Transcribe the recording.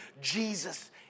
Jesus